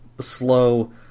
slow